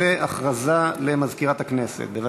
הודעה למזכירת הכנסת, בבקשה.